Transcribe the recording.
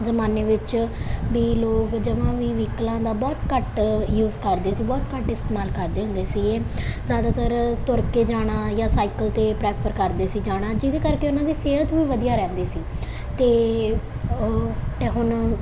ਜਮਾਨੇ ਵਿੱਚ ਵੀ ਲੋਕ ਜਮਾਂ ਵੀ ਵਹੀਕਲਾਂ ਦਾ ਬਹੁਤ ਘੱਟ ਯੂਜ ਕਰਦੇ ਸੀ ਬਹੁਤ ਘੱਟ ਇਸਤੇਮਾਲ ਕਰਦੇ ਹੁੰਦੇ ਸੀ ਜ਼ਿਆਦਾਤਰ ਤੁਰ ਕੇ ਜਾਣਾ ਜਾਂ ਸਾਈਕਲ 'ਤੇ ਪ੍ਰੈਫਰ ਕਰਦੇ ਸੀ ਜਾਣਾ ਜਿਹਦੇ ਕਰਕੇ ਉਹਨਾਂ ਦੀ ਸਿਹਤ ਵੀ ਵਧੀਆ ਰਹਿੰਦੇ ਸੀ ਤੇ ਹੁਣ